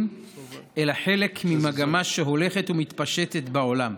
אלא חלק ממגמה שהולכת ומתפשטת בעולם.